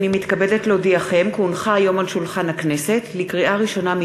לקריאה ראשונה,